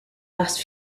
last